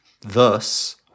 Thus